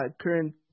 current